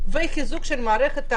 החיסונים.